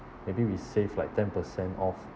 maybe we save like ten percent off